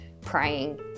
praying